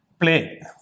play